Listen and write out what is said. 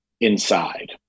inside